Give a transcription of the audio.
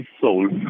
soul